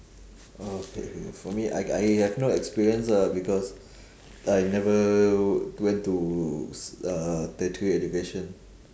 okay K for me I I have no experience ah because I never went to uh tertiary education